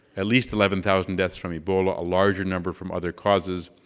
at least eleven thousand deaths from ebola, a larger number from other causes.